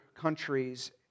countries